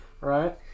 Right